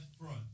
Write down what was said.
Front